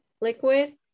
liquid